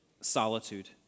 solitude